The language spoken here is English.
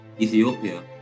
Ethiopia